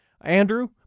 Andrew